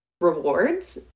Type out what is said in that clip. rewards